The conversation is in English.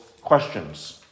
questions